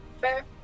Fair